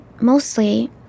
Mostly